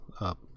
up